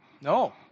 No